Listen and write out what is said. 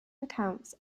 recounts